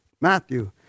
Matthew